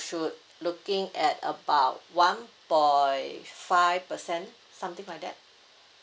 should looking at about one point five percent something like that